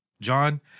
John